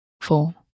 four